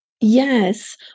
Yes